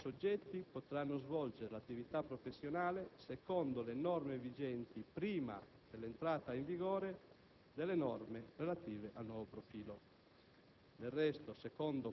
che i suddetti soggetti potranno svolgere l'attività professionale secondo le norme vigenti prima dell'entrata in vigore delle norme relative al nuovo profilo.